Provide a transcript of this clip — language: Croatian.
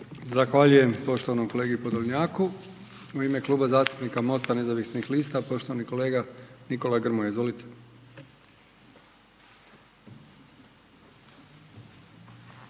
Zahvaljujem poštovanom kolegi Podolnjaku. U ime Kluba zastupnik MOSTA nezavisnih lista poštovani kolega Nikola Grmoja, izvolite.